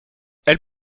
elle